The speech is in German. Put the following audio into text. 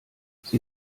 sie